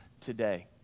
today